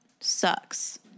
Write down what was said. sucks